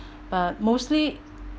but mostly